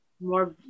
more